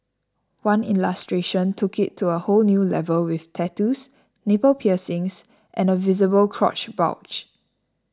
one illustration took it to a whole new level with tattoos nipple piercings and a visible crotch bulge